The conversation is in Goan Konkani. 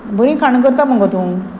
बरीं खाणां करता मगो तूं